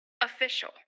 official